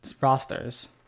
rosters